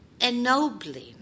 ennobling